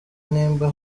nimba